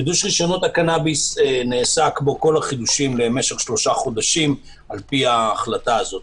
החידוש הזה נעשה כמו כל החידושים למשך שלושה חודשים לפי ההחלטה הזו.